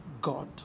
God